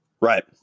Right